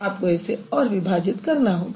आपको इसे और विभाजित करना होगा